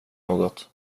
något